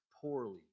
poorly